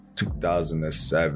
2007